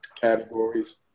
categories